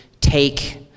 take